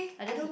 I just